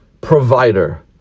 provider